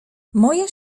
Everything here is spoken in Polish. moja